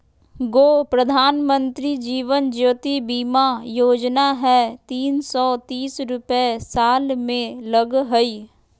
गो प्रधानमंत्री जीवन ज्योति बीमा योजना है तीन सौ तीस रुपए साल में लगहई?